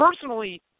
personally